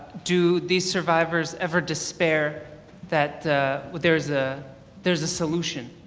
do these survivors ever despair that there's ah there's a solution.